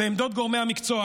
ועמדות גורמי המקצוע.